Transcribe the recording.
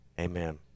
Amen